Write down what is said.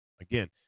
Again